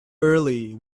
early